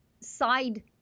side